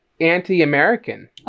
anti-American